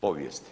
povijesti.